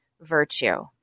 virtue